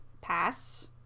Pass